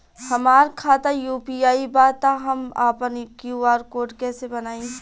हमार खाता यू.पी.आई बा त हम आपन क्यू.आर कोड कैसे बनाई?